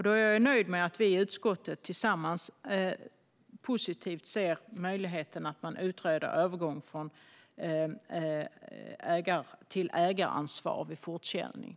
Då är jag nöjd med att vi i utskottet tillsammans positivt ser möjligheten att man utreder en övergång till ägaransvar vid fortkörning.